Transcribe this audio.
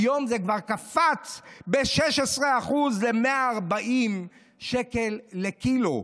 היום זה כבר קפץ ב-16%, ל-140 שקל לקילו.